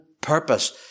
Purpose